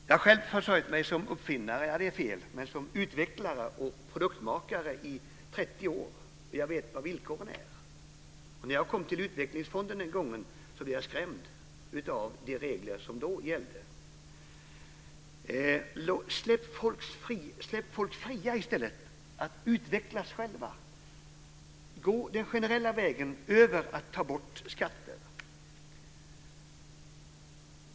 Jag har själv försörjt mig som utvecklare och produktmakare i 30 år. Jag vet hur villkoren är. När jag en gång kom till Utvecklingsfonden blev jag skrämd av de regler som då gällde. Släpp i stället folk fria att utvecklas själva! Gå den generella vägen över att ta bort skatter!